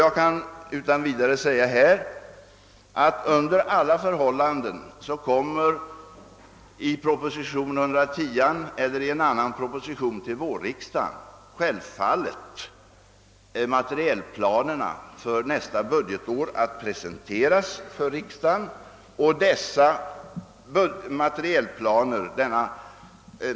Jag kan här tills vidare säga att materielplanerna för nästa budgetår kommer att presenteras 1 proposition nr 110 eller i någon annan proposition till vårriksdagen.